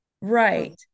Right